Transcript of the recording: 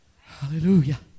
Hallelujah